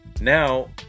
Now